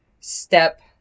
step